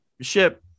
ship